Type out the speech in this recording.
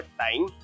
time